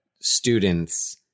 students